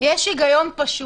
יש הגיון פשוט.